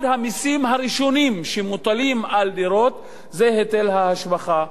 אחד המסים הראשונים שמוטלים על דירות זה היטל ההשבחה.